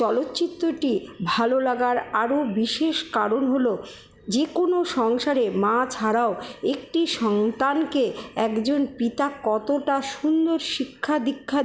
চলচ্চিত্রটি ভাল লাগার আরও বিশেষ কারণ হলো যে কোনো সংসারে মা ছাড়াও একটি সন্তানকে একজন পিতা কতটা সুন্দর শিক্ষা দীক্ষা